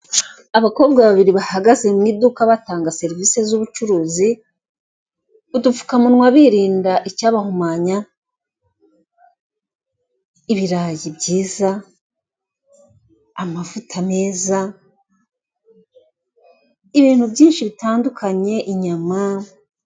Abakobwa babiri bahagaze mu iduka batanga serivise z'ubucuruzi udupfuka munwa birinda icyabahumanya ibirayi byiza, amafuta meza, ibintu byinshi bitandukanye inyama.